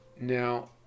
Now